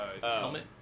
helmet